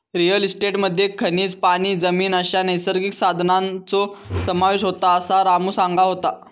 real इस्टेटमध्ये खनिजे, पाणी, जमीन अश्या नैसर्गिक संसाधनांचो समावेश होता, असा रामू सांगा होतो